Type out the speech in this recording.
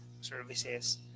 services